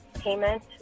payment